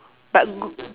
but good